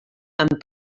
amb